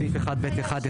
הצבעה לא אושר.